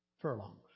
furlongs